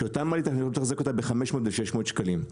שאותם צריך לתחזק ב-500-600 שקלים.